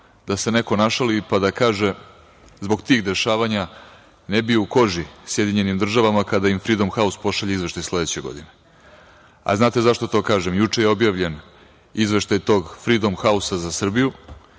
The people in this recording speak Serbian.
da se neko našali, pa da kaže - zbog tih dešavanja ne bio u koži SAD kad im Fridom haus pošalje izveštaj sledeće godine. A znate zašto to kažem? Juče je objavljen izveštaj tog Fridom hausa za Srbiju